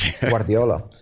Guardiola